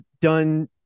done